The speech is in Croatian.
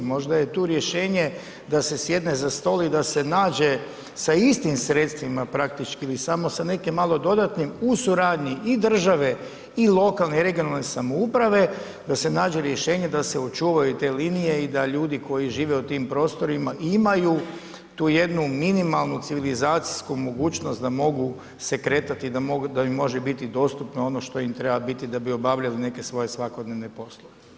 Možda je tu rješenje, da se sjedne za stol i da se nađe, sa istim sredstvima, praktički ili samo sa nekim malo dodatnim u suradnji i države i lokalne i regionalne samouprave, da se nađe rješenje da se očuvaju te linije i da ljudi koji žive u tim prostorima, imaju tu jednu minimalnu civilizacijsku mogućnost, da mogu se kretati, da im može biti dostupno ono što im treba biti da bi obavljali svoje svakodnevne poslove.